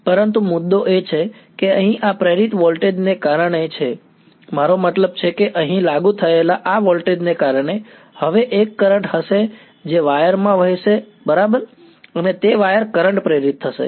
પરંતુ મુદ્દો એ છે કે અહીં આ પ્રેરિત વોલ્ટેજ ને કારણે છે મારો મતલબ છે કે અહીં લાગુ થયેલા આ વોલ્ટેજ ને કારણે હવે એક કરંટ હશે જે વાયર માં વહેશે બરાબર અને તે વાયર કરંટ પ્રેરિત થશે